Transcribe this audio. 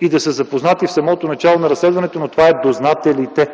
и да са запознати в самото начало на разследването, това са дознателите.